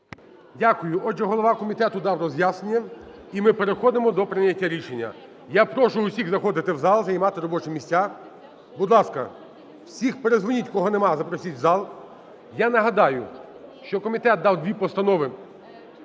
Дякую. Отже, голова комітету дав роз'яснення, і ми переходимо до прийняття рішення. Я прошу усіх заходити в зал, займати робочі місця. Будь ласка, всіх передзвоніть, кого нема, запросіть в зал. Я нагадаю, що комітет дав дві постанови,